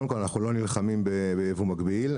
קודם כל אנחנו לא נלחמים בייבוא מקביל,